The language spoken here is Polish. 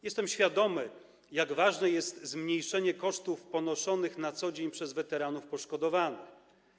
Jestem świadomy, jak ważne jest zmniejszenie kosztów ponoszonych na co dzień przez weteranów poszkodowanych.